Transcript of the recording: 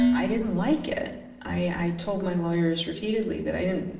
i didn't like it i told my lawyers repeadetly that i didn't.